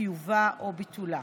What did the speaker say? טיובה או ביטולה.